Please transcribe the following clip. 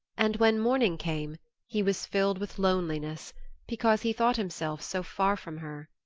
and when morning came he was filled with loneliness because he thought himself so far from her.